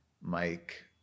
Mike